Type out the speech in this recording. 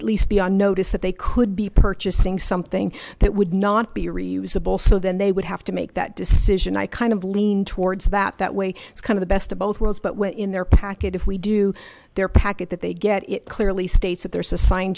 at least be on notice that they could be purchasing something that would not be reusable so then they would have to make that decision i kind of lean towards that that way it's kind of the best of both worlds but where in their package if we do their package that they get it clearly states that there's a sign